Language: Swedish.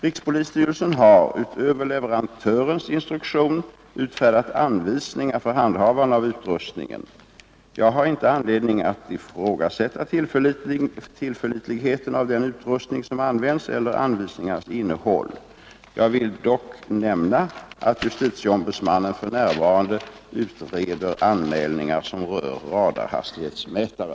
Rikspolisstyrelsen har — utöver leverantörens instruktion — utfärdat anvisningar för handhavande av utrustningen. Jag har inte anledning att ifrågasätta tillförlitligheten av den utrustning som används eller anvisningarnas innehåll. Jag vill dock nämna att justitieombudsmannen för närvarande utreder anmälningar som rör radarhastighetsmätare.